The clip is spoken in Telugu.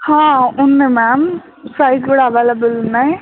ఉంది మ్యామ్ ఫై ఫ కూడా అవైలబుల్ ఉన్నాయి్